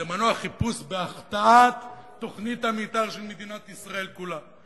זה מנוע חיפוש בהחטאת תוכנית המיתאר של מדינת ישראל כולה.